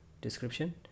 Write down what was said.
description